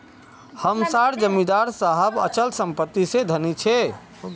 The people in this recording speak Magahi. हम सार जमीदार साहब अचल संपत्ति से धनी छे